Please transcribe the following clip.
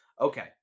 Okay